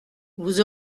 vous